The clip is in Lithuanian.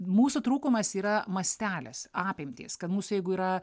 mūsų trūkumas yra mastelis apimtys kad mūsų jeigu yra